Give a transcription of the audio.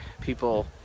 people